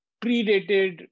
predated